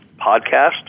podcast